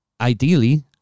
Ideally